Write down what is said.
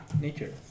Nature